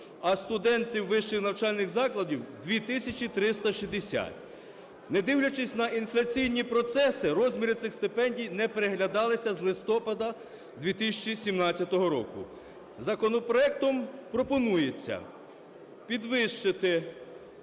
а студенти вищих навчальних закладів – 2 тисячі 360. Не дивлячись на інфляційні процеси, розміри цих стипендій не переглядалися з листопада 2017 року. Законопроектом пропонується підвищити